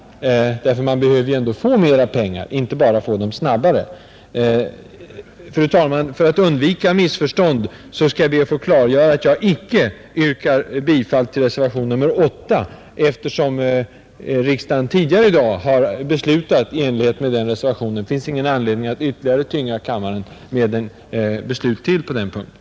Kommunerna behöver få mera pengar, inte bara få dem snabbare, Fru talman! För att undvika missförstånd skall jag be att få klargöra att jag icke yrkar bifall till reservationen 8, eftersom riksdagen tidigare i dag har fattat ett beslut som överensstämmer med den reservationen. Det finns ingen anledning att ytterligare tynga kammaren med ett beslut på den punkten,